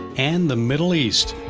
and the middle east,